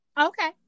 Okay